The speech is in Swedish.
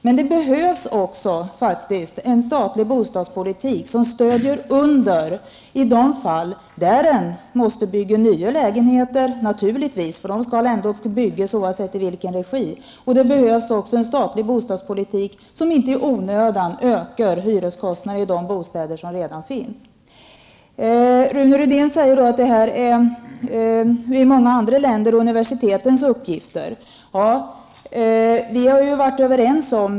Men det behövs också en statlig bostadspolitik som stöd i de fall där man måste bygga de nya lägenheter som ändå måste byggas -- oavsett i vilken regi. Det behövs också en statlig bostadspolitik som bidrar till att inte i onödan öka hyreskostnaderna för de bostäder som redan finns. Rune Rydén sade att det i många andra länder är universitetens uppgift att ordna bostäder.